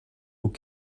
aux